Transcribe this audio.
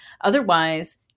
Otherwise